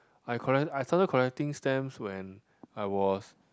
I collect I started collecting stamps when I was